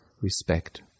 respect